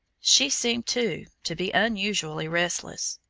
she seemed, too, to be unusually restless,